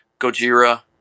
Gojira